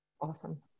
Awesome